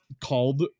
called